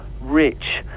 rich